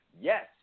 Yes